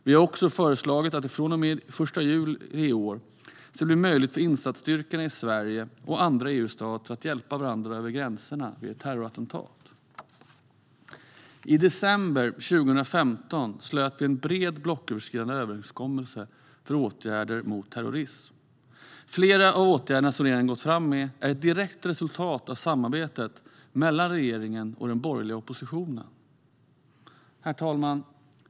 Vi har också föreslagit att det från och med den 1 juli i år ska bli möjligt för insatsstyrkorna i Sverige och andra EU-stater att hjälpa varandra över gränserna vid ett terrorattentat. I december 2015 slöts en bred blocköverskridande överenskommelse för åtgärder mot terrorism. Flera av åtgärderna som vi har gått fram med är direkta resultat av samarbetet mellan regeringen och den borgerliga oppositionen. Herr talman!